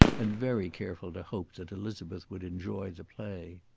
and very careful to hope that elizabeth would enjoy the play.